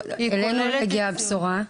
אז אלינו לא הגיעה הבשורה.